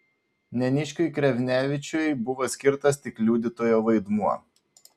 neniškiui krevnevičiui buvo skirtas tik liudytojo vaidmuo